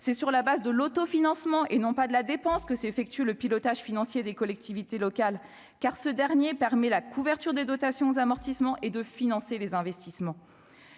c'est sur la base de l'autofinancement et non pas de la dépense que s'effectue le pilotage financier des collectivités locales, car ce dernier permet la couverture des dotations aux amortissements et de financer les investissements,